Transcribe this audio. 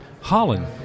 holland